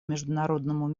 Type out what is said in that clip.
международному